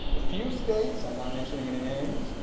a few states i am not mentioning any names,